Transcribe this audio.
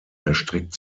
erstreckt